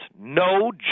no